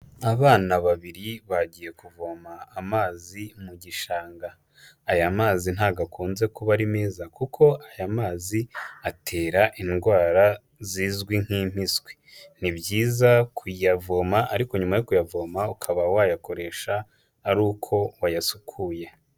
Abana babiri bagiye kuvoma amazi mu gishanga, aya mazi ntago akunze kuba ari meza kuko aya mazi atera indwara zizwi nk'impiswi, ni byiza kuyavoma ariko nyuma yo kuyavoma ukaba wayakoresha ari uko wayasukuye.